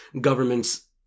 governments